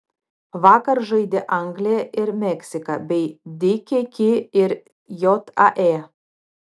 vakar žaidė anglija ir meksika bei dkk ir jae